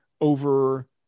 over